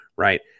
right